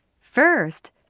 First